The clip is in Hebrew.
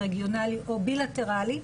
או בילטראלי,